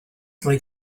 drwy